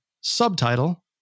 subtitle